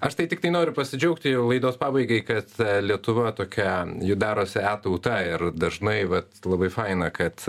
aš tai tiktai noriu pasidžiaugti jau laidos pabaigai kad lietuva tokia ji darosi e tauta ir dažnai vat labai faina kad